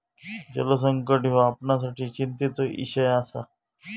जलसंकट ह्यो आपणासाठी चिंतेचो इषय आसा